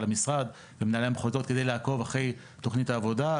המשרד ומנהלי המחוזות כדי לעקוב אחרי תוכנית העבודה,